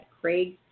Craig